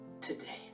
today